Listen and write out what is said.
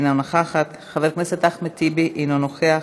אינה נוכחת, חבר הכנסת אחמד טיבי, אינו נוכח,